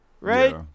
right